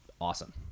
awesome